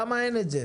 למה אין את זה?